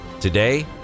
Today